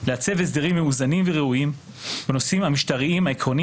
לעצב הסדרים מאוזנים וראויים בנושאים המשטריים העקרוניים